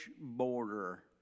border